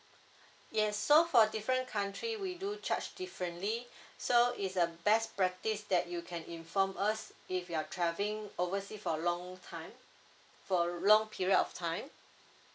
yes so for different country we do charge differently so it's a best practice that you can inform us if you're travelling oversea for long time for a long period of time